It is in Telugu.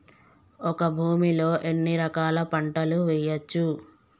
ఒక భూమి లో ఎన్ని రకాల పంటలు వేయచ్చు?